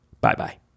bye-bye